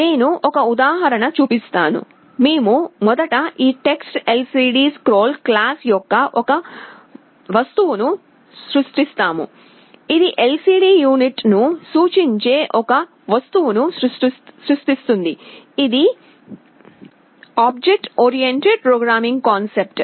నేను ఒక ఉదాహరణ చూపిస్తాను మేము మొదట ఈ TextLCDScroll క్లాస్ యొక్క ఒక వస్తువును సృష్టిస్తాము ఇది LCD యూనిట్ను సూచించే ఒక వస్తువును సృష్టిస్తుంది ఇది ఆబ్జెక్ట్ ఓరియెంటెడ్ ప్రోగ్రామింగ్ కాన్సెప్ట్